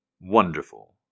wonderful